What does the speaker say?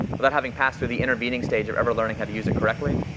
without having passed through the intervening stage of ever learning how to use it correctly.